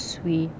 sweet